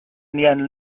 nian